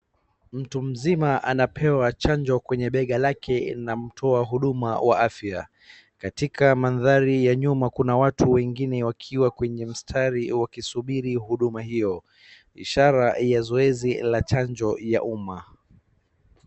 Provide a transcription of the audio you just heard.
Mtu mzima anapewa chanjo kwenye bega lake na mtu wa huduma ya afya, katika mandhari ya nyuma kuna watu wengine wakiwa kwenye mstari wakisubiri huduma hiyo ishara ya zoezi la chanjo ya umma.